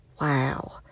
Wow